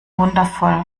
wundervoll